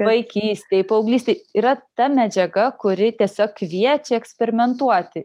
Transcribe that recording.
vaikystėj paauglystėj yra ta medžiaga kuri tiesiog kviečia eksperimentuoti